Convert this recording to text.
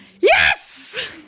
Yes